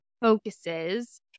focuses